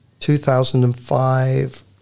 2005